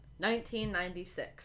1996